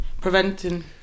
Preventing